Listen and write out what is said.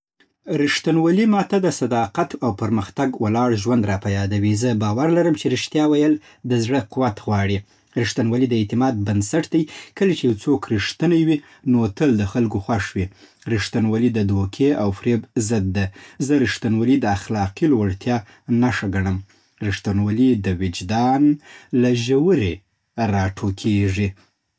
رښتينولي ماته د صداقت او پر حقيقت ولاړ ژوند راپه یادوي. زه باور لرم چې رښتيا ویل د زړه قوت غواړي. رښتينولي د اعتماد بنسټ دی. کله چې یو څوک رښتينی وي، نو تل د خلکو خوښ وي. رښتينولي د دوکې او فریب ضد ده. زه رښتينولي د اخلاقي لوړتیا نښه ګڼم. رښتينولي د وجدان له ژورې راټوکېږي.